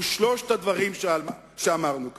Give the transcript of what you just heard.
הוא שלושת הדברים שאמרנו כאן.